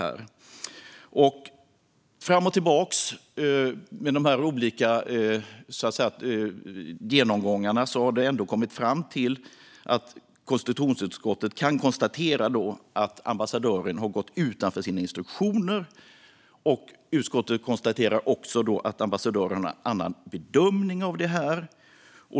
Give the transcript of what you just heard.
Konstitutionsutskottet har efter dessa genomgångar kommit fram till att ambassadören har gått utanför sina instruktioner. Utskottet konstaterar också att ambassadören har gjort en annan bedömning av detta.